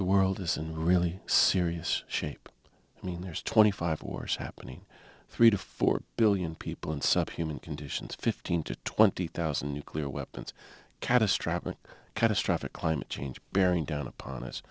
the world isn't really serious shape i mean there's twenty five wars happening three to four billion people in subhuman conditions fifteen to twenty thousand nuclear weapons catastrophic catastrophic climate change bearing down upon us